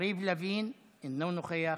יריב לוין, אינו נוכח,